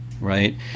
right